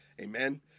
Amen